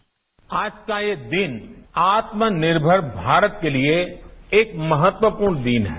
bite PM आज का ये दिन आत्मनिर्भर भारत के लिए एक महत्वपूर्ण दिन है